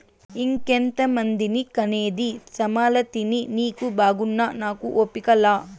ఇంకెంతమందిని కనేది సామలతిని నీకు బాగున్నా నాకు ఓపిక లా